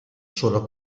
solo